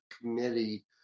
Committee